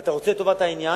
ואתה רוצה את טובת העניין,